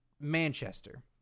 Manchester